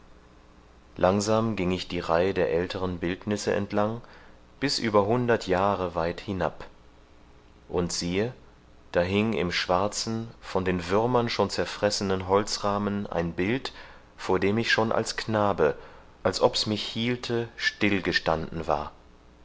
langsam ging ich die reih der älteren bildnisse entlang bis über hundert jahre weit hinab und siehe da hing im schwarzen von den würmern schon zerfressenen holzrahmen ein bild vor dem ich schon als knabe als ob's mich hielte still gestanden war